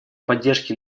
поддержке